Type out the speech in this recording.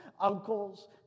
uncles